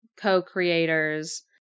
co-creators